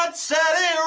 but sally